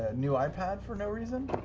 new ipad for no reason?